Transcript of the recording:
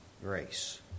grace